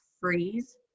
freeze